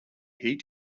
heat